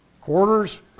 Quarters